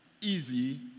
easy